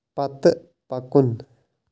پتہٕ پکُن